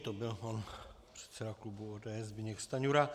To byl pan předseda klubu ODS Zbyněk Stanjura.